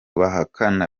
bahakana